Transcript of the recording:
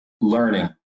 Learning